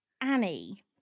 Annie